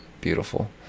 beautiful